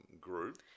group